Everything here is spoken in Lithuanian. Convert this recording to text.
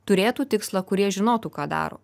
turėtų tikslą kurie žinotų ką daro